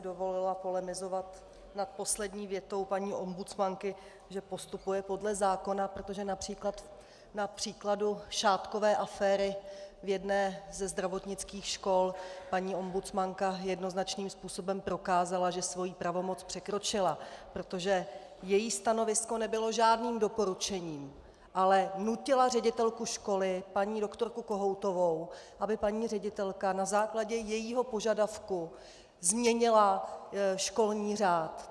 Dovolila bych si polemizovat nad poslední větou paní ombudsmanky, že postupuje podle zákona, protože na příkladu šátkové aféry v jedné ze zdravotnických škol paní ombudsmanka jednoznačným způsobem prokázala, že svoji pravomoc překročila, protože její stanovisko nebylo žádným doporučením, ale nutila ředitelku školy paní doktorku Kohoutovou, aby paní ředitelka na základě jejího požadavku změnila školní řád.